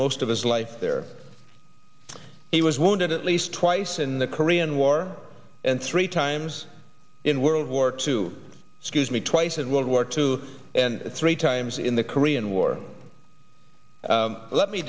most of his life there he was wounded at least twice in the korean war and three times in world war two scuse me twice in world war two and three times in the korean war let me